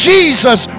Jesus